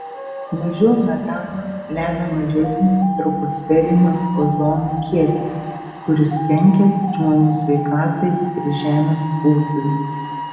mažiau metano lemia mažesnį troposferinio ozono kiekį kuris kenkia žmonių sveikatai ir žemės ūkiui